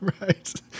right